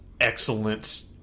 excellent